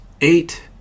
eight